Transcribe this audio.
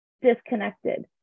disconnected